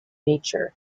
nature